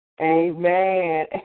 Amen